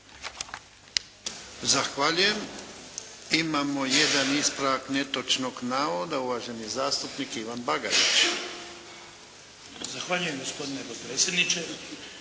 Zahvaljujem. Imamo jedan ispravak netočnog navoda. Uvaženi zastupnik Ivan Bagarić. **Bagarić, Ivan